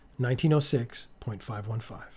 1906.515